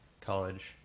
college